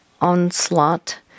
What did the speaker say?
onslaught